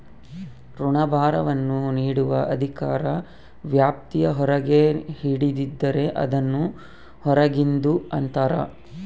ಋಣಭಾರವನ್ನು ನೀಡುವ ಅಧಿಕಾರ ವ್ಯಾಪ್ತಿಯ ಹೊರಗೆ ಹಿಡಿದಿದ್ದರೆ, ಅದನ್ನು ಹೊರಗಿಂದು ಅಂತರ